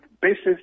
basis